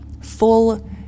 full